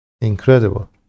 Incredible